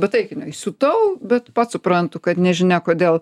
be taikinio įsiutau bet pats suprantu kad nežinia kodėl